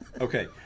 Okay